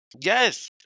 Yes